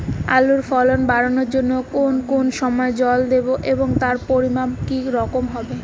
আলুর ফলন বাড়ানোর জন্য কোন কোন সময় জল দেব এবং তার পরিমান কি রকম হবে?